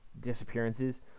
disappearances